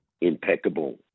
impeccable